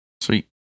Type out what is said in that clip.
Sweet